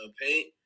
paint